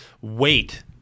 wait